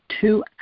two